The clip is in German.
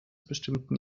bestimmten